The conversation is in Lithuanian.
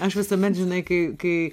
aš visuomet žinai kai kai